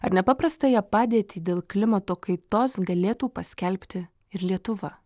ar nepaprastąją padėtį dėl klimato kaitos galėtų paskelbti ir lietuva